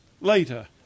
later